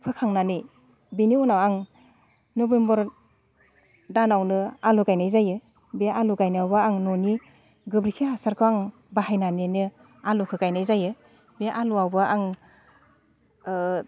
होखांनानै बिनि उनाव आं नभेम्बर दानावनो आलु गायनाय जायो बे आलु गायनायावबो आं न'नि गोबोरखि हासारखो आं बाहायनानैनो आलुखो गायनाय जायो बे आलुआवबो आं